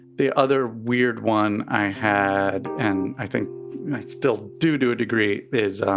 the other weird one i had, and i think i still do to a degree, is